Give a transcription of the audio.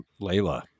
layla